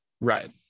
right